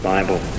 Bible